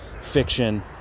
fiction